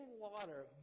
water